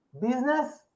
Business